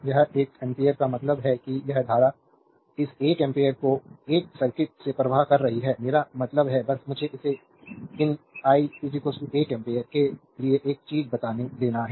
यह एक एम्पीयर का मतलब है कि यह धारा इस एक एम्पियर को इस सर्किट से प्रवाहित कर रही है मेरा मतलब है बस मुझे इसे इन 1 1 एम्पीयर के लिए एक चीज बनाने देना है